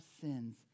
sins